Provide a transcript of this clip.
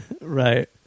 Right